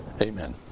Amen